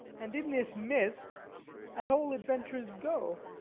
and in this mist at all adventures go.